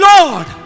Lord